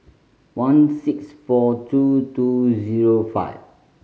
one six four two two zero five